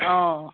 অ